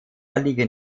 liegen